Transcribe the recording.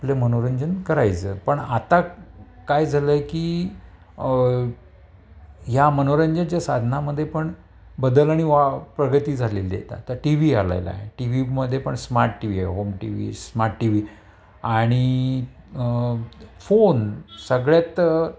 आपलं मनोरंजन करायचं पण आता काय झालंय की ह्या मनोरंजनच्या साधनामदे पण बदल आणि वा प्रगती झालेली येत आता टीव्ही आलेला आहे टीव्हीमध्ये पण स्मार्ट टीव्ही आहे होम टीव्ही स्मार्ट टीव्ही आणि फोन सगळ्यात